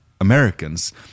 Americans